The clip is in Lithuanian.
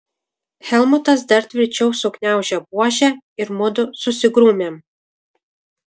helmutas dar tvirčiau sugniaužė buožę ir mudu susigrūmėm